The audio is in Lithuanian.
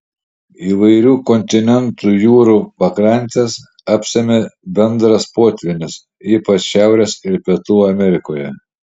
įvairių kontinentų jūrų pakrantes apsemia bendras potvynis ypač šiaurės ir pietų amerikoje